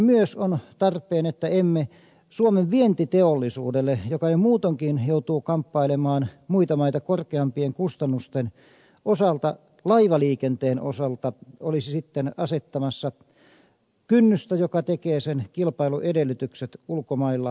myös on tarpeen että emme suomen vientiteollisuudelle joka jo muutoinkin joutuu kamppailemaan muita maita korkeampien kustannusten osalta laivaliikenteen osalta olisi sitten asettamassa kynnystä joka tekee sen kilpailuedellytykset ulkomailla kalliiksi